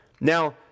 Now